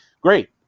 great